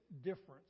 difference